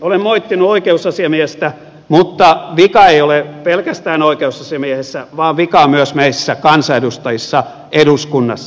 olen moittinut oikeusasiamiestä mutta vika ei ole pelkästään oikeusasiamiehessä vaan vika on myös meissä kansanedustajissa eduskunnassa